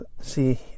see